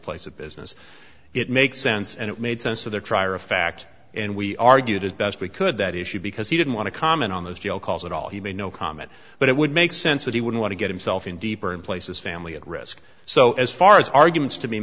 place of business it makes sense and it made sense of their trier of fact and we argued as best we could that issue because he didn't want to comment on those calls at all he made no comment but it would make sense that he would want to get himself in deeper in places family at risk so as far as arguments to be